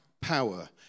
power